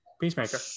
Peacemaker